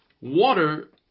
Water